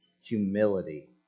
humility